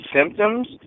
symptoms